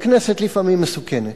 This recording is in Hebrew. הכנסת לפעמים מסוכנת.